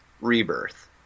Rebirth